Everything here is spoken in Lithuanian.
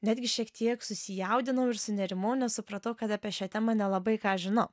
netgi šiek tiek susijaudinau ir sunerimau nes supratau kad apie šią temą nelabai ką žinau